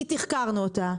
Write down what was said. כי תחקרנו אותה,